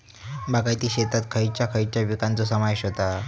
बागायती शेतात खयच्या खयच्या पिकांचो समावेश होता?